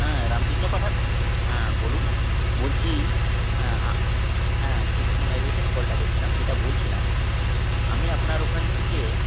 হ্যাঁ রামকৃষ্ণ পাঠা হ্যাঁ বলুন বলছি হ্যাঁ শ্রীকৃষ্ণ লাইব্রেরি থেকে আমি কলটা করছিলাম যেটা বলছিলাম আমি আপনার ওখান থেকে